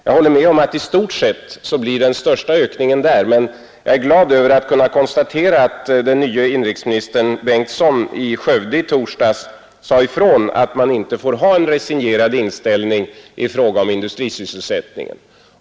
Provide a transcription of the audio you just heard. Jag håller med om att i stort sett blir den största ökningen där, men jag är glad över att kunna konstatera att den nye inrikesministern Bengtsson i Skövde i torsdags sade ifrån att man inte får ha en resignerad inställning i fråga om industrisysselsättningen.